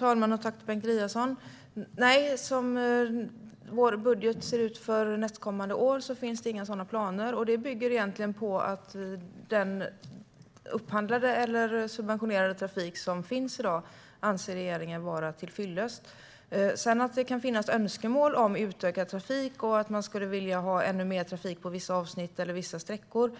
Herr talman! Nej, som vår budget ser ut för nästkommande år finns det inga sådana planer. Det bygger på att regeringen anser den upphandlade eller subventionerade trafik som finns i dag vara till fyllest. Sedan kan det finnas önskemål om utökad trafik på vissa sträckor.